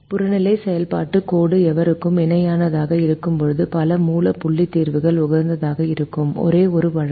புறநிலை செயல்பாட்டுக் கோடு எவருக்கும் இணையாக இருக்கும்போது பல மூல புள்ளி தீர்வுகள் உகந்ததாக இருக்கும் ஒரே ஒரு வழக்கு